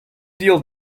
deal